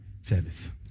service